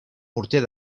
morter